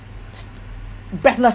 breathless